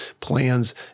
plans